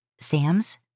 Sam's